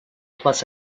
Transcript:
plus